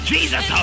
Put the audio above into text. Jesus